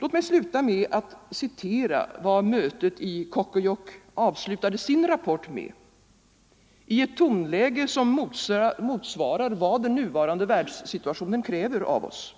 Låt mig sluta med att citera vad mötet i Cocoyoc avslutade sin rapport med, i ett tonläge som motsvarar vad den nuvarande världssituationen kräver av oss,